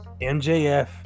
MJF